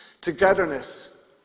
Togetherness